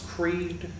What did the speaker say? Creed